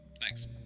Thanks